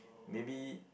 maybe